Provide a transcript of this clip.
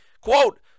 Quote